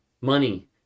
money